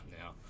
now